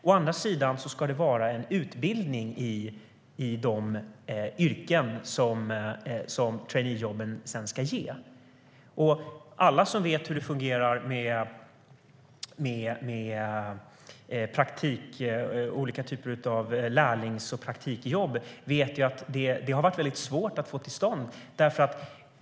Å andra sidan ska det vara en utbildning i de yrken som traineejobben sedan ska ge. Alla som vet hur det fungerar med olika typer av lärlings och praktikjobb vet ju att det har varit väldigt svårt att få till stånd sådana.